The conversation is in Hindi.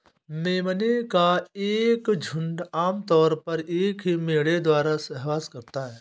मेमने का एक झुंड आम तौर पर एक ही मेढ़े द्वारा सहवास करता है